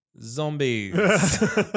zombies